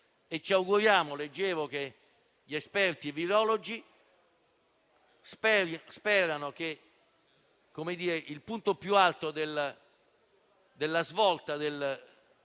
Leggevo che gli esperti virologi sperano che il punto più alto della svolta di